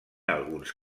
alguns